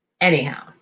Anyhow